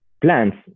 plants